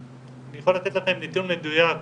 אני יכול לתת לכם נתון מדויק מ-2019,